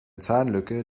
zahnlücke